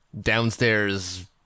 downstairs